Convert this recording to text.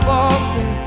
Boston